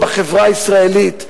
בחברה הישראלית,